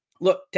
Look